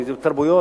אם בתרבויות.